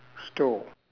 store